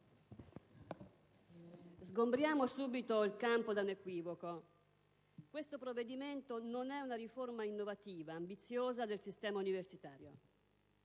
sgombriamo subito il campo da un equivoco: questo provvedimento non è una riforma innovativa, ambiziosa del sistema universitario.